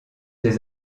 les